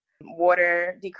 water